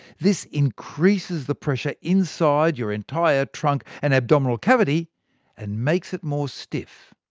this increases the pressure inside your entire trunk and abdominal cavity and makes it more stiff.